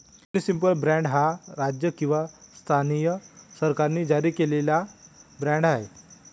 municipal bond हा राज्य किंवा स्थानिक सरकारांनी जारी केलेला बाँड आहे